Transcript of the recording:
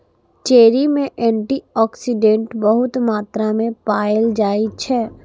cherry मे antioxidant बहुत मात्रा मे पाएल जाइ छै